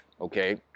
Okay